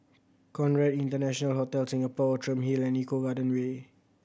Conrad International Hotel Singapore Outram Hill and Eco Garden Way